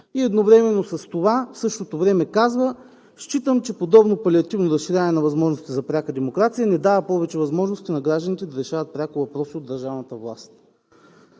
и едновременно с това казва: „Считам, че подобно палиативно разширяване на възможностите за пряка демокрация не дава повече възможности на гражданите да решават пряко въпроси от държавната власт.“